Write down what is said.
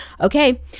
Okay